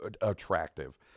attractive